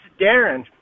Darren